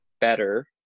better